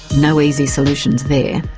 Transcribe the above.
no easy solutions there.